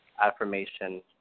affirmation